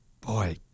boy